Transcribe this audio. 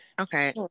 Okay